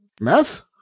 Math